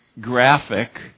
graphic